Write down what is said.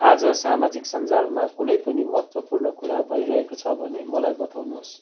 आज सामाजिक सञ्जालमा कुनै पनि महत्त्वपूर्ण कुरा भइरहेको छ भने मलाई बताउनुहोस्